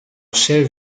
chef